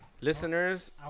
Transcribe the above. listeners